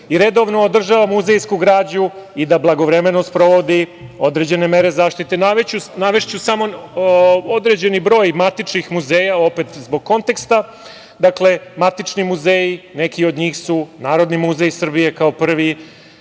i redovno održava muzejsku građu i da blagovremeno sprovodi određen mere zaštite. Navešću samo određeni broj matičnih muzeja, opet zbog konteksta, dakle, matični muzeji neki od njih su Narodni muzej Srbije kao prvi,